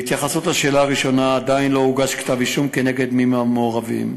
1. עדיין לא הוגש כתב-אישום נגד מי מהמעורבים.